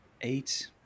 eight